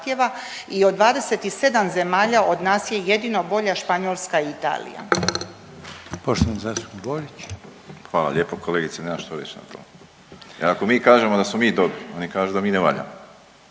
i od 27 zemalja od nas je jedino bolja Španjolska i Italija.